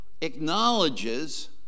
acknowledges